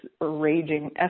raging